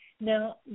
Now